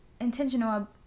intentional